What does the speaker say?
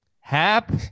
HAP